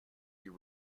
you